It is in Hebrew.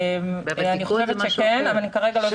אני חושבת שכן, אבל אני כרגע לא זוכרת.